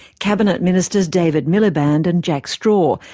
cabinet ministers david miliband and jack straw,